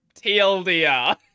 TLDR